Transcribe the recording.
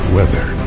weather